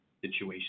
Situation